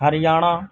Haryana